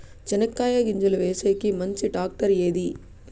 చెనక్కాయ గింజలు వేసేకి మంచి టాక్టర్ ఏది?